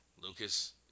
Lucas